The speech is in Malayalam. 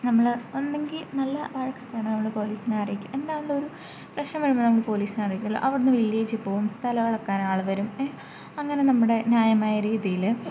നമ്മൾ ഒന്നെങ്കിൽ നല്ല വഴക്കൊക്കെ ആണ് നമ്മൾ പോലീസിനെ അറിയിക്കും എന്താണെന്ന് ഒരു പ്രശ്നം വരുമ്പോൾ നമ്മൾ പോലീസിനെ അറിയിക്കുമല്ലോ അവിടെ നിന്ന് വില്ലേജിൽ പോവും സ്ഥലം അളക്കാൻ ആൾ വരും എ അങ്ങനെ നമ്മുടെ ന്യായമായ രീതിയിൽ